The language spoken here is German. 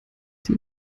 die